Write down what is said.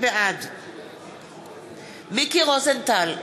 בעד מיקי רוזנטל,